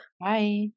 bye